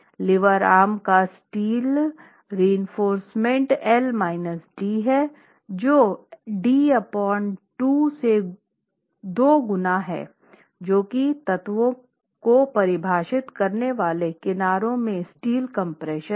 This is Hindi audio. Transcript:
लीवर आर्म का स्टील रीइंफोर्स्मेंट l d है जो कि d 2 से 2 गुना है जो कि तत्वों को परिभाषित करने वाले किनारे में स्टील कम्प्रेशन है